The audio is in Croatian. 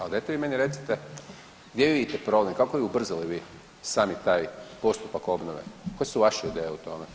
Ali dajte vi meni recite gdje vidite problem, kako bi ubrzali vi sami taj postupak obnove, koje su vaše ideje u tome?